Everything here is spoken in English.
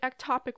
ectopic